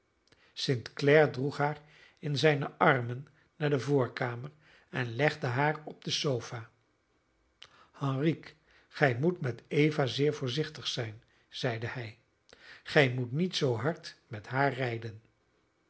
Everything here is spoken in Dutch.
clare droeg haar in zijne armen naar de voorkamer en legde haar op de sofa henrique gij moet met eva zeer voorzichtig zijn zeide hij gij moet niet zoo hard met haar rijden